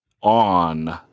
on